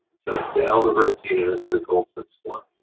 so the elmer bernstein, and another goldsmith score,